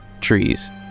trees